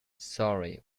sorry